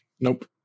Nope